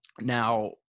now